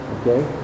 Okay